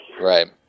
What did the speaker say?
Right